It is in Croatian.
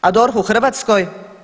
A DORH u Hrvatskoj?